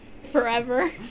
Forever